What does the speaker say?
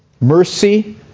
mercy